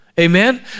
amen